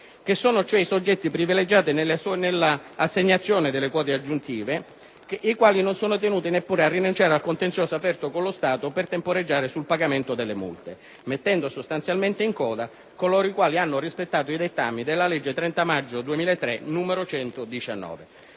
splafonatori, soggetti privilegiati nell'assegnazione delle quote aggiuntive, che non sono tenuti neppure a rinunciare al contenzioso aperto contro lo Stato per temporeggiare sul pagamento delle multe, mettendo sostanzialmente in coda coloro che hanno rispettato i dettami della legge 30 maggio 2003, n. 119.